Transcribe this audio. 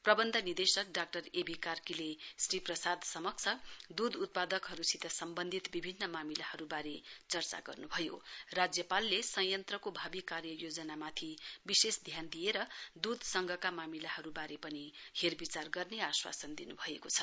प्रबन्धक निर्देशक doctor A B कार्कीले श्री प्रसाद समक्ष दुध उत्पादकहरू सित सम्बन्धित विभिन्न मामिलाहरूबारे चर्चा गर्नुभयो राज्यपालले संयन्त्रको भावी कार्ययोजनामाथि विशेष ध्यान दिएर दुध संघका मामिलाहरूबारे पनि हेरविचार गर्ने आश्वासन दिनु भएको छ